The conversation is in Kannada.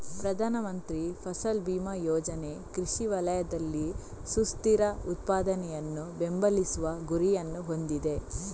ಪ್ರಧಾನ ಮಂತ್ರಿ ಫಸಲ್ ಬಿಮಾ ಯೋಜನೆ ಕೃಷಿ ವಲಯದಲ್ಲಿ ಸುಸ್ಥಿರ ಉತ್ಪಾದನೆಯನ್ನು ಬೆಂಬಲಿಸುವ ಗುರಿಯನ್ನು ಹೊಂದಿದೆ